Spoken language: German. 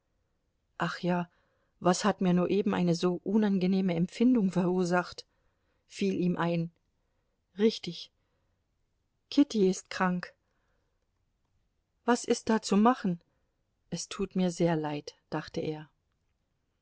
ach ja was hat mir nur eben eine so unangenehme empfindung verursacht fiel ihm ein richtig kitty ist krank was ist da zu machen es tut mir sehr leid dachte er